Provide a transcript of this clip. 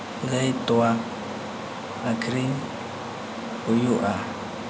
ᱜᱟᱹᱭ ᱛᱚᱣᱟ ᱟᱹᱠᱷᱨᱤᱧ ᱦᱩᱭᱩᱜᱼᱟ